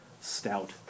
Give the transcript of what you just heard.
stout